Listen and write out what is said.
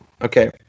okay